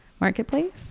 marketplace